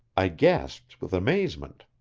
i gasped with amazement.